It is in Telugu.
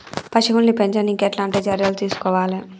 పశువుల్ని పెంచనీకి ఎట్లాంటి చర్యలు తీసుకోవాలే?